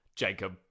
jacob